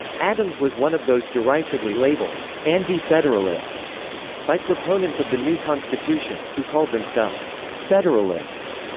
adams was one of those derisively labeled anti-federalists by proponents of the new constitution, who called themselves federalists.